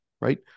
right